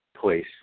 place